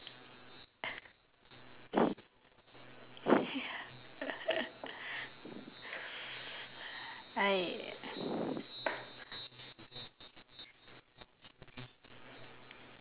!aiya!